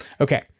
Okay